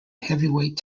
heavyweight